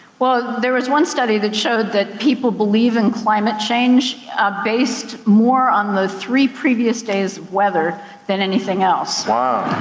well, there was one study that showed that people believe in climate change based more on the three previous days' weather than anything else. wow.